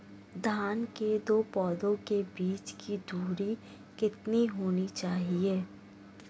धान के दो पौधों के बीच की दूरी कितनी होनी चाहिए?